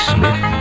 Smith